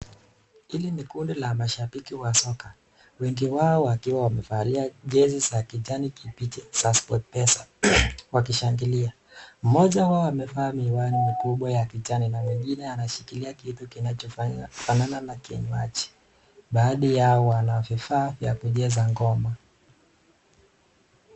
Hili ni kundi la mashabiki wa soka, wengi wao wakiwa wamevalia jezi za kijani kibichi za Sportpesa wakishangilia. Mmoja wao amevaa miwani mikubwa ya kijani na mwingine ameshikilia kitu kinachofanana na kinywaji. Baadhi yao wanavifaa vya kucheza ngoma.